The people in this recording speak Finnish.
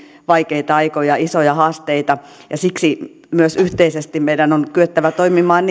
vaikeita aikoja isoja haasteita ja siksi myös yhteisesti meidän on kyettävä toimimaan